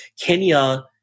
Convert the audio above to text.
Kenya